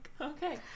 okay